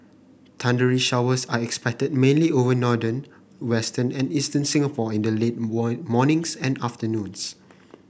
thundery showers are expected mainly over northern western and eastern Singapore in the late morning and afternoon